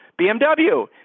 bmw